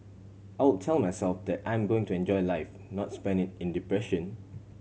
I would tell myself that I'm going to enjoy life not spend it in depression